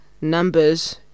Numbers